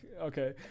okay